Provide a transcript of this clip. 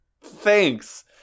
Thanks